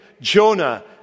Jonah